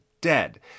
Dead